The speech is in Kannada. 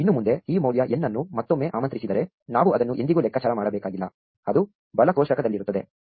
ಇನ್ನುಮುಂದೆ ಈ ಮೌಲ್ಯ n ಅನ್ನು ಮತ್ತೊಮ್ಮೆ ಆಮಂತ್ರಿಸಿದರೆ ನಾವು ಅದನ್ನು ಎಂದಿಗೂ ಲೆಕ್ಕಾಚಾರ ಮಾಡಬೇಕಾಗಿಲ್ಲ ಅದು ಬಲ ಕೋಷ್ಟಕದಲ್ಲಿರುತ್ತದೆ